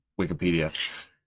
Wikipedia